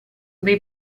dei